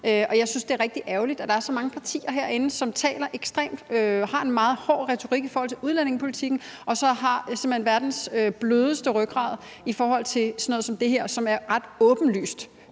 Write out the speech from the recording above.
og jeg synes, det er rigtig ærgerligt, at der er så mange partier herinde, som har en meget hård retorik i forhold til udlændingepolitikken, og som så simpelt hen har verdens blødeste rygrad i forhold til sådan noget som det her, som ret åbenlyst